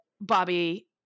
Bobby